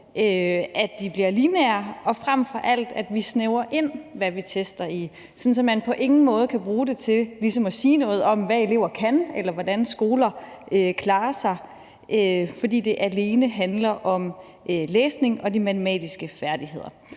bliver lineære, og frem for alt at vi snævrer ind, hvad vi tester i, sådan at man på ingen måde kan bruge det til ligesom at sige noget om, hvad elever kan, eller hvordan skoler klarer sig, fordi det alene handler om læsning og de matematiske færdigheder.